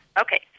okay